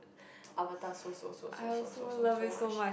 Avatar so so so so so so much